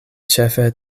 ĉefe